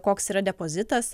koks yra depozitas